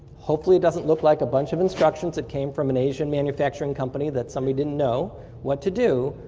hopefully it doesn't look like a bunch of instructions that came from an asian manufacturing company that somebody didn't know what to do,